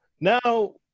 Now